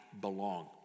belong